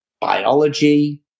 biology